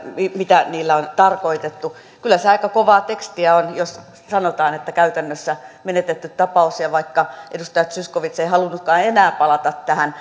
mitä niillä on tarkoitettu kyllä se aika kovaa tekstiä on jos sanotaan että käytännössä menetetty tapaus ja vaikka edustaja zyskowicz ei halunnutkaan enää palata tähän